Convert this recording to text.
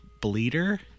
Bleeder